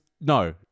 No